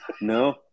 no